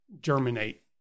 germinate